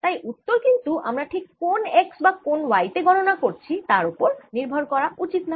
তাই উত্তর কিন্তু আমরা ঠিক কোন x বা কোন y তে গণনা করেছি তার ওপর নির্ভর করা উচিত না